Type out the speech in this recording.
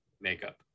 makeup